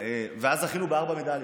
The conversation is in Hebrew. זכינו אז בארבע מדליות.